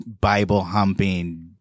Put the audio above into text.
Bible-humping